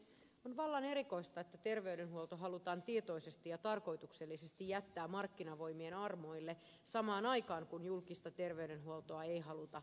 on vallan erikoista että terveydenhuolto halutaan tietoisesti ja tarkoituksellisesti jättää markkinavoimien armoille samaan aikaan kun julkista terveydenhuoltoa ei haluta kehittää